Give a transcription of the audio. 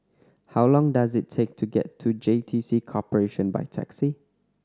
how long does it take to get to J T C Corporation by taxi